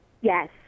Yes